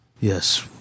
Yes